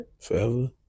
Forever